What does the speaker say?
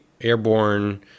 airborne